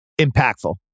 impactful